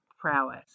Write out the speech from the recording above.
prowess